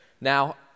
Now